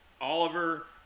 oliver